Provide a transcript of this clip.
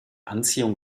anziehung